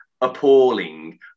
appalling